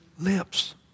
lips